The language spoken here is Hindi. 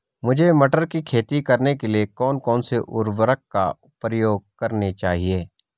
मुझे मटर की खेती करने के लिए कौन कौन से उर्वरक का प्रयोग करने चाहिए?